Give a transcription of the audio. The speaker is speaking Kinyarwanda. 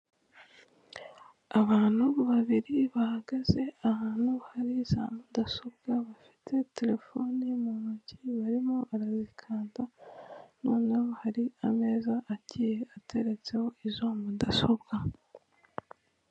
Abantu babiri bahagaze ahantu hari za mudasobwa bafite telefoni mu ntoki barimo arazikanda noneho hari ameza agiye ateretseho izo mudasobwa.